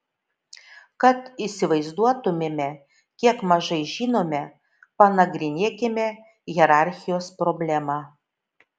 kad įsivaizduotumėme kiek mažai žinome panagrinėkime hierarchijos problemą